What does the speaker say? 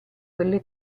quelle